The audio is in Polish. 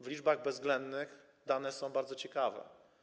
W liczbach bezwzględnych dane są bardzo ciekawe.